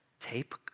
tape